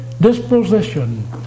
disposition